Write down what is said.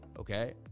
Okay